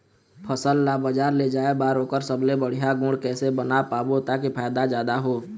फसल ला बजार ले जाए बार ओकर सबले बढ़िया गुण कैसे बना पाबो ताकि फायदा जादा हो?